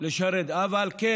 לשרת אבל כן